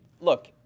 look